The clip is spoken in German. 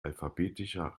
alphabetischer